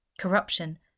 corruption